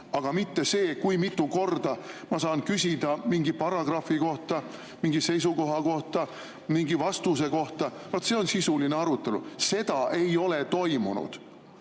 aga mitte see, kui mitu korda ma saan küsida mingi paragrahvi kohta, mingi seisukoha kohta, mingi vastuse kohta. Vaat see on sisuline arutelu, aga seda ei ole toimunud.